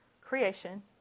creation